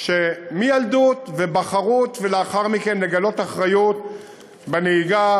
שמילדות ובחרות ולאחר מכן, לגלות אחריות בנהיגה.